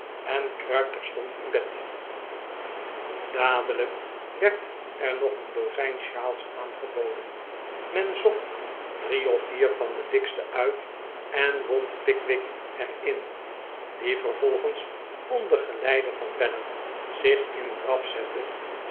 en kruip terstond in bed dadelijk werd er nog een dozijn shawls aangeboden men zocht drie of vier van de dikste uit en wond pickwick er in die vervolgens onder geleide van weller zich in draf zette